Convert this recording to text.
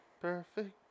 Perfect